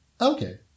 Okay